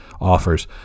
offers